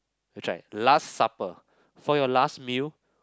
good try last supper for your last meal